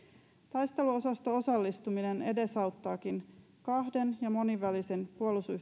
taisteluosasto osallistuminen edesauttaakin kahden ja monenvälisen